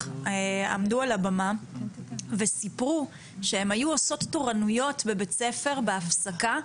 עמדו על הבמה וסיפרו שהן היו עושות תורנויות בבית הספר בהפסקה,